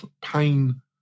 pain